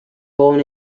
born